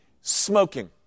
Smoking